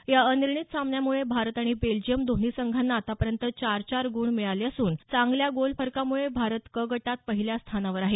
या अनिर्णित सामन्यामुळे भारत आणि बेल्जियम दोन्ही संघांना आतापर्यंत चार चार गुण मिळाले असून चांगल्या गोल फरकामुळे भारत क गटात पहिल्या स्थानावर आहे